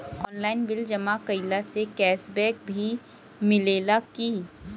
Online bill जमा कईला से कैश बक भी मिलेला की?